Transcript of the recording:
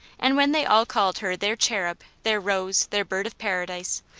and when they all called her their cherub, their rose, their bird of paradise,